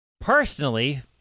Personally